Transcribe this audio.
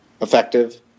Effective